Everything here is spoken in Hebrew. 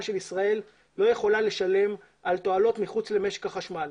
של ישראל לא יכולה לשלם על תועלות מחוץ למשק החשמל.